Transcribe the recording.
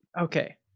Okay